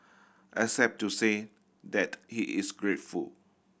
except to say that he is grateful